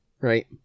Right